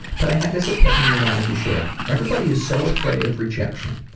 but i had this epiphany and wanted to share. everybody is so afraid of rejection.